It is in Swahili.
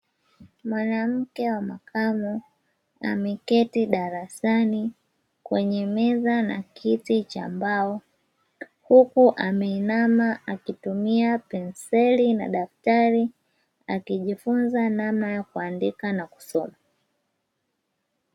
Mwanamke wa makamu ameketi darasani kwenye meza na kiti cha mbao huku ameinama akitumia penseli na daktari akijifunza namna ya kuandika na kusoma.